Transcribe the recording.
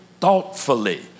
thoughtfully